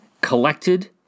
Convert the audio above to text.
collected